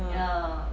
ah